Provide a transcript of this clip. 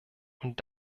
und